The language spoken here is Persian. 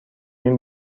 این